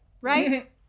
Right